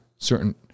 Certain